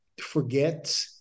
forget